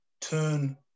turn